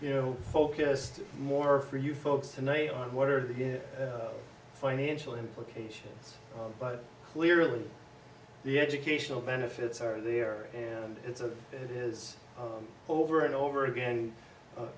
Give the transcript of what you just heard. you know focused more for you folks tonight on what are the good financial implications but clearly the educational benefits are there and it's a it is over and over again